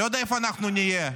אני לא יודע איפה אנחנו נהיה,